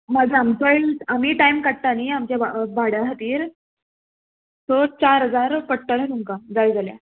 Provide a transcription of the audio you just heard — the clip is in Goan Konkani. म्हाजो आमचोय आमीय टायम काडटा न्ही आमच्या भाड्या खातीर सो चार हजार पडटले तुमकां जाय जाल्यार